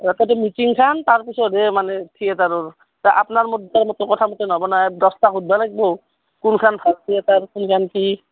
আগতে মিটিংখন তাৰপিছতহে মানে থিয়েটাৰৰ আপোনাৰ মোৰ দুটাৰ কথামতে নহ'ব নাই দহটাক সুধিব লাগিব কোনখন ভাল থিয়েটাৰ কোনখন কি